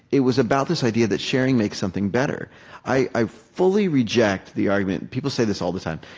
it was about this idea that sharing makes something better i i fully reject the argument people say this all the time.